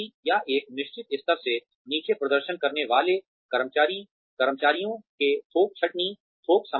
या एक निश्चित स्तर से नीचे प्रदर्शन करने वाले कर्मचारियों के थोक छंटनी थोक समाप्ति